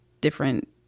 different